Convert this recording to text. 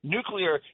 Nuclear